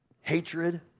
hatred